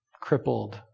crippled